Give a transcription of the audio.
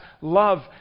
love